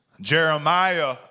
Jeremiah